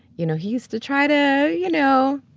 you know, he used to try to, you know,